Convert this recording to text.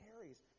carries